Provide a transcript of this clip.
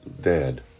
dad